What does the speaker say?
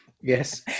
yes